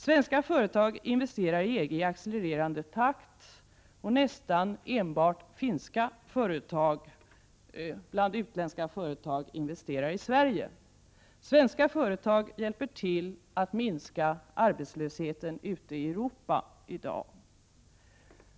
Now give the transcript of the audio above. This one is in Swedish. Svenska företag investerar i EG i accelererande takt, och nästan enbart finska företag bland utländska företag investerar i Sverige. Svenska företag hjälper till att minska arbetslösheten ute i Europa i dag.